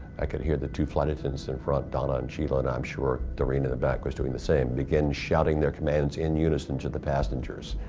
i could hear the two flight attendants in front, donna and sheila, and i'm sure doreen in the back was doing the same, begin shouting their commands in unison to the passengers.